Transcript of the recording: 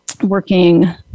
working